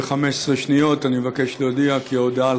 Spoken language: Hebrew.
ב-15 שניות: אני מבקש להודיע כי ההודעה על